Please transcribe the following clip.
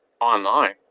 online